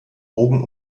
bogen